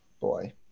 boy